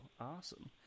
Awesome